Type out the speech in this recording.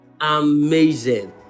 amazing